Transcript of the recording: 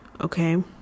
okay